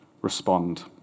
respond